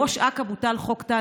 הייתי ראש אכ"א כשבוטל חוק טל,